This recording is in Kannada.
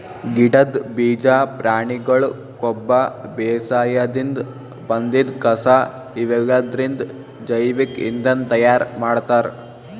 ಗಿಡದ್ ಬೀಜಾ ಪ್ರಾಣಿಗೊಳ್ ಕೊಬ್ಬ ಬೇಸಾಯದಿನ್ದ್ ಬಂದಿದ್ ಕಸಾ ಇವೆಲ್ಲದ್ರಿಂದ್ ಜೈವಿಕ್ ಇಂಧನ್ ತಯಾರ್ ಮಾಡ್ತಾರ್